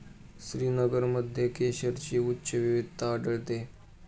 श्रीनगरमध्ये केशरची उच्च विविधता आढळते